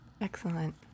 Excellent